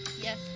yes